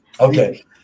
Okay